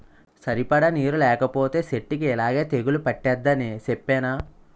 సరిపడా నీరు లేకపోతే సెట్టుకి యిలాగే తెగులు పట్టేద్దని సెప్పేనా?